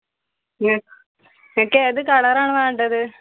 നിങ്ങൾക്ക് ഏത് കളറാണ് വേണ്ടത്